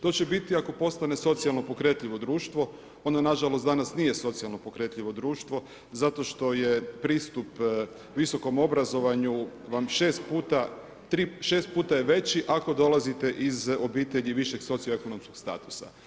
To će biti ako postane socijalno pokretljivo društvo, ono danas nažalost nije socijalno pokretljivo društvo zato što je pristup visokom obrazovanju vam šest puta je veći ako dolazite iz obitelji višeg socioekonomskog statusa.